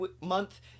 month